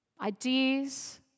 ideas